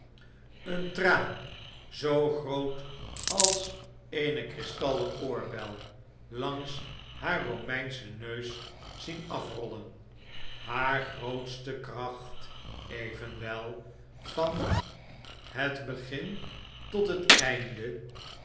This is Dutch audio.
een traan zoo groot als eene kristallen oorbel langs haar bomeinschen neus zien afrollen hare grootste kracht even wel van het begin tot het einde